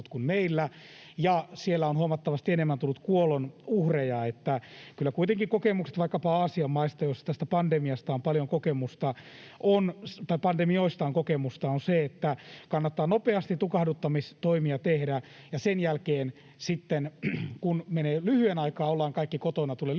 siellä on huomattavasti enemmän tullut kuolonuhreja. Kyllä kuitenkin kokemukset vaikkapa Aasian maista, joissa näistä pandemioista on paljon kokemusta, ovat, että kannattaa nopeasti tukahduttamistoimia tehdä ja sen jälkeen sitten, kun menee lyhyen aikaa, ollaan kaikki kotona, tulee taloustappioita,